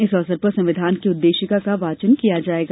इस अवसर पर संविधान की उददेशिका का वाचन किया जायेगा